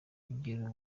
kugera